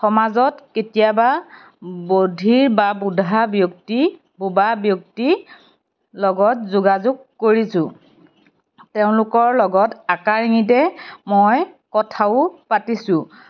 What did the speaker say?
সমাজত কেতিয়াবা বধিৰ বা বোধা ব্যক্তি বোবা ব্যক্তিৰ লগত যোগাযোগ কৰিছোঁ তেওঁলোকৰ লগত আকাৰ ইংগিতে মই কথাও পাতিছোঁ